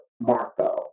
Marco